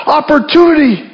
opportunity